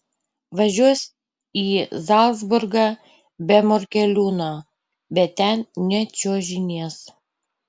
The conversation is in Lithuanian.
važiuos į zalcburgą be morkeliūno bet ten nečiuožinės